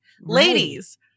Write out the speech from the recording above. ladies